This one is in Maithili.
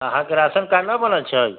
अहाँके राशन कार्ड न बनल छै